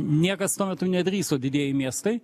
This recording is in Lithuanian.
niekas tuo metu nedrįso didieji miestai